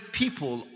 people